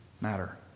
Matter